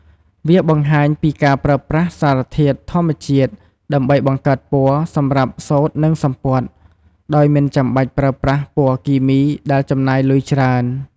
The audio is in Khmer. វាបង្ហាញពីការប្រើប្រាស់សារធាតុធម្មជាតិដើម្បីបង្កើតពណ៌សម្រាប់សូត្រនិងសំពត់ ដោយមិនចាំបាច់ប្រើប្រាស់ពណ៌គីមីដែលចំណាយលុយច្រើន។